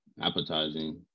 appetizing